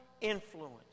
influence